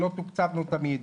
שלא תוקצבנו תמיד.